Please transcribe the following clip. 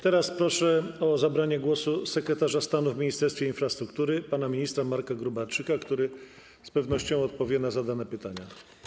Teraz proszę o zabranie głosu sekretarza stanu w Ministerstwie Infrastruktury pana ministra Marka Gróbarczyka, który z pewnością odpowie na zadane pytania.